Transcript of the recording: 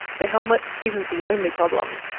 the helmet isn't the only problem,